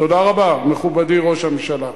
תודה רבה, מכובדי ראש הממשלה.